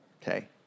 Okay